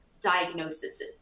diagnosis